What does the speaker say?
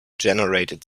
generated